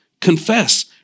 Confess